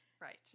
Right